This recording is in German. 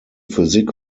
physik